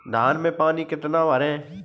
धान में पानी कितना भरें?